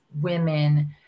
women